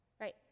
Right